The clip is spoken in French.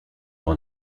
dans